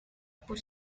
por